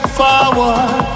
forward